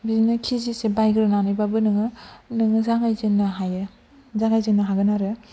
बिदिनो किजिसे बायगोर नानैबो नोङो नोङो जागायजेननो हायो जागाय जेननो हागोन आरो